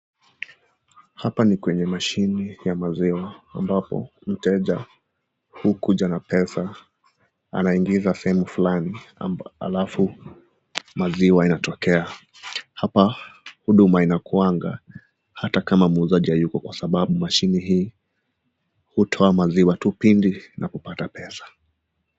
Hapa ni kwenye mashini ya maziwa ambapo mteja hukuja na pesa ,anaingiza sehemu fulani alafu maziwa inatokea. Hapa huduma inakuanga hata kama muuzaji hayuko Kwa sababu mashini hii hutoa maziwa tu pindi inapopata pesa.